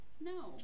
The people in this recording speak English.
no